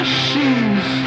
shoes